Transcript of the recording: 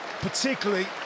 particularly